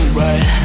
right